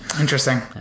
Interesting